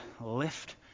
lift